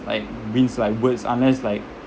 like wins like words unless like